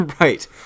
right